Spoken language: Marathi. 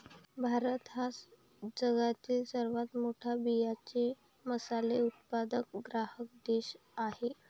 भारत हा जगातील सर्वात मोठा बियांचे मसाले उत्पादक ग्राहक देश आहे